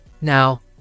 Now